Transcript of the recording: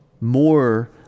more